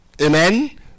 Amen